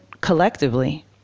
Collectively